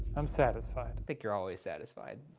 i'm satisfied. i think you're always satisfied.